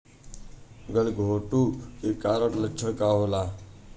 गलघोंटु के कारण लक्षण का होखे?